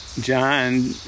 John